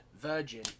Virgin